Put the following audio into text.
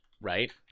Right